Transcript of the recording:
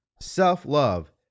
self-love